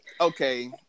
Okay